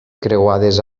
creuades